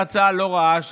זו הצעה לא רעה,